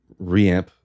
reamp